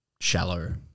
shallow